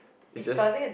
is just